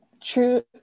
True